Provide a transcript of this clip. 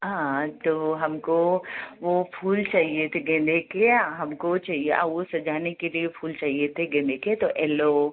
हाँ तो हमको वो फूल चाहिए थे गेंदे के हमको चाहिए वो सजाने के लिए फूल चाहिए थे गेंदे के तो येलो